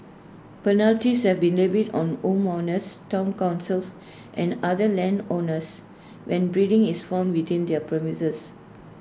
penalties have been levied on homeowners Town councils and other landowners when breeding is found within their premises